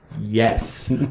yes